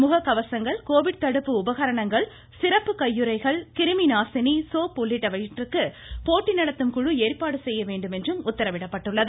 முகக்கவசங்கள் கோவிட் தடுப்பு உபகரணங்கள் சிறப்பு கையுறைகள் கிருமி நாசினி சோப் உள்ளிட்டவற்றிற்கு போட்டி நடத்தும் குழு ஏற்பாடு செய்ய வேண்டுமென்றும் உத்தரவிடப்பட்டுள்ளது